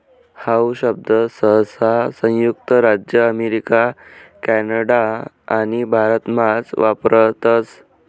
how शब्द सहसा संयुक्त राज्य अमेरिका कॅनडा आणि भारतमाच वापरतस